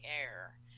air